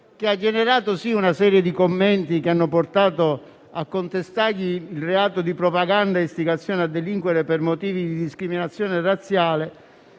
che ha generato una serie di commenti che hanno portato a contestargli il reato di propaganda e istigazione a delinquere per motivi di discriminazione razziale,